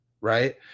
Right